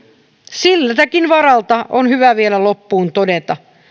siltäkin varalta on hyvä vielä loppuun todeta